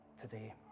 Today